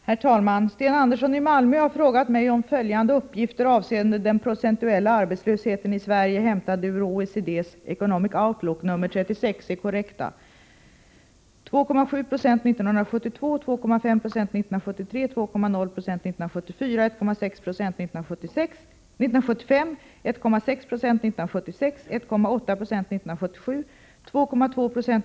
Herr talman! Sten Andersson i Malmö har frågat mig om följande uppgifter avseende den procentuella arbetslösheten i Sverige hämtade ur OECD Economic Outlook nr 36 är korrekta.